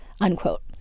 unquote